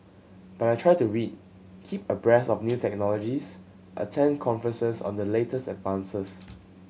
but I try to read keep abreast of new technologies attend conferences on the latest advances